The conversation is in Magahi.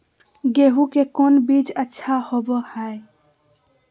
गेंहू के कौन बीज अच्छा होबो हाय?